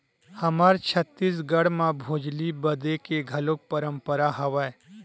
हमर छत्तीसगढ़ म भोजली बदे के घलोक परंपरा हवय